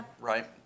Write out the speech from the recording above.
right